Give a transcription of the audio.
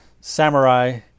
samurai